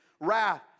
wrath